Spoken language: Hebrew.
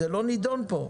זה לא נידון פה.